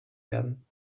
werden